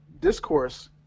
discourse